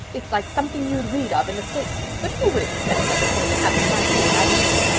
it's like something you'd read of in the states, but who would expect such thing to happen right here in avonlea?